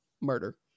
murder